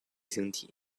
晶体